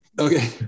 Okay